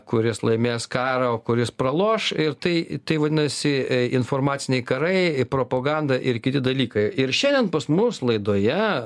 kuris laimės karą o kuris praloš ir tai tai vadinasi informaciniai karai propaganda ir kiti dalykai ir šiandien pas mus laidoje